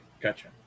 gotcha